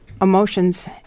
emotions